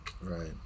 Right